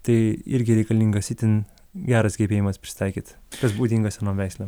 tai irgi reikalingas itin geras gebėjimas prisitaikyt kas būdinga senom veislėm